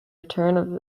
return